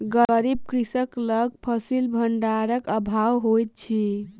गरीब कृषक लग फसिल भंडारक अभाव होइत अछि